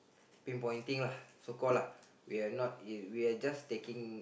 pinpointing lah so call lah we're not is we're just taking